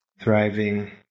thriving